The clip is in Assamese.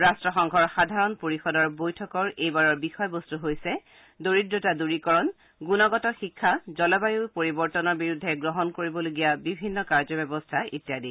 ৰাট্টসংঘৰ সাধাৰণ পৰিযদৰ বৈঠকৰ এইবাৰৰ বিষয়বস্তু হৈছে দৰিদ্ৰতা দূৰীকৰণ গুণগত শিক্ষা জলবায়ু পৰিৱৰ্তনৰ বিৰুদ্ধে গ্ৰহণ কৰিবলগীয়া বিভিন্ন কাৰ্যব্যৱস্থা ইত্যাদি